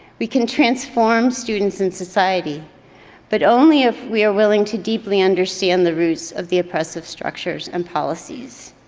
we can transform students in society but only if we are willing to deeply understand the roots of the oppressive structures and policies.